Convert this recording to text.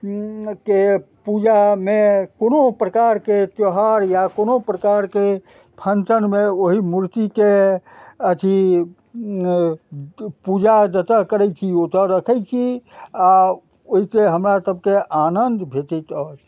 के पूजामे कोनो प्रकारके त्यौहार या कोनो प्रकारके फंक्शनमे ओहि मूर्तिके अथी पूजा जतऽ करै छी ओतऽ रखै छी आ ओहिसॅं हमरा सबके आनंद भेटैत अछि